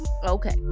okay